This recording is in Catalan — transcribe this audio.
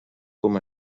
com